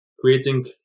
creating